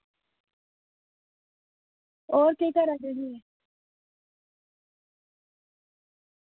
होर केह् करा दे हे